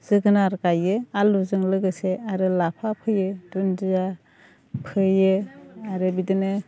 जोगोनार गायो आलुजों लोगोसे आरो लाफा फोयो दुन्दिया फोयो आरो बिदिनो